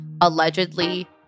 allegedly